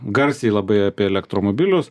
garsiai labai apie elektromobilius